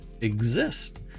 exist